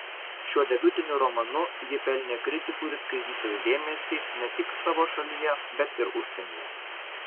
šiuo debiutiniu romanu ji pelnė kritikų ir skaitytojų dėmesį ne tik savo šalyje bet ir užsienyje